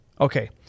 Okay